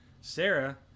Sarah